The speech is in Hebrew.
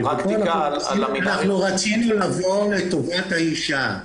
הפרקטיקה הלמינארית --- אנחנו רצינו לבוא לטובת האישה.